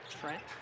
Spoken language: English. Trent